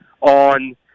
on